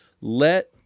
let